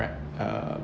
uh